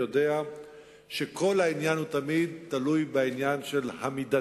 יודע שכל העניין תמיד תלוי במידתיות.